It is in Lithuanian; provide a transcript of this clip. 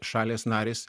šalys narės